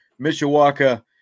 Mishawaka